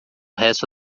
resto